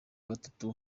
gatatu